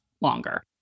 longer